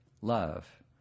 love